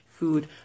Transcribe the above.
food